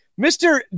Mr